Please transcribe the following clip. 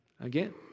Again